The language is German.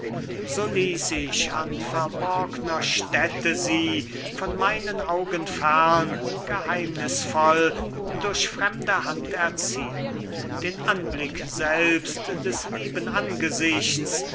so ließ ich an verborgner stelle sie von meinen augen fern geheimnißvoll durch fremde hand erziehn der anblick selbst des lieben angesichts